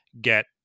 get